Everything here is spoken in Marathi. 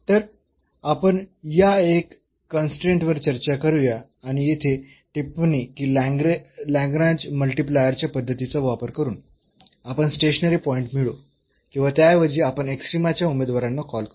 तर आपण या एक कन्स्ट्रेन्ट वर चर्चा करूया आणि येथे टिप्पणी की लाग्रेंज मल्टिप्लायर या पद्धतीचा वापर करून आपण स्टेशनरी पॉईंट मिळवू किंवा त्याऐवजी आपण एक्स्ट्रीमाच्या उमेदवारांना कॉल करू